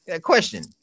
question